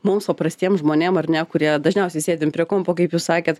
mums paprastiem žmonėm ar ne kurie dažniausiai sėdim prie kompo kaip jūs sakėt